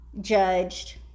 judged